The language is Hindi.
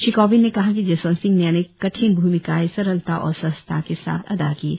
श्री कोविंद ने कहा कि जसवंत सिंह ने अनेक कठिन भूमिकाएं सरलता और सहजता के साथ अदा कीं